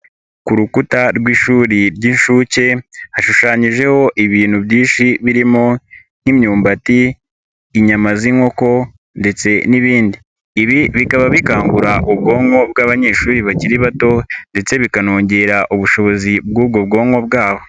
Ku rukuta rw'ishuri ry'inshuke hashushanyijeho ibintu byinshi birimo nk'imyumbati, inyama z'inkoko ndetse n'ibindi. Ibi bikaba bikangura ubwonko bw'abanyeshuri bakiri bato ndetse bikanongera ubushobozi bw'ubwo bwonko bwabo.